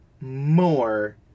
more